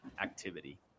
activity